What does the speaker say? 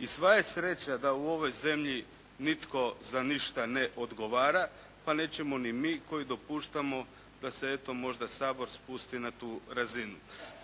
I sva je sreća da u ovoj zemlji nitko za ništa ne odgovara pa nećemo ni mi koji dopuštamo da se eto možda Sabor spusti na tu razinu.